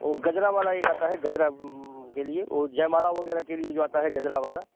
ओ गजरा वाला एक आता है गजरा के लिए वो जयमाला वगैरह के लिए जो आता है गजरा वाला